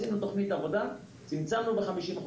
עשינו תוכנית עבודה, צמצמנו ב-50%.